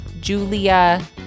Julia